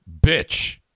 bitch